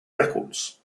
records